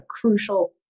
crucial